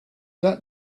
that